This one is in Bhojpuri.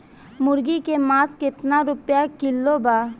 मुर्गी के मांस केतना रुपया किलो बा?